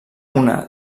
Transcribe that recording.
una